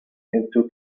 into